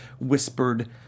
whispered